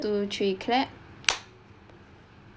one two three clap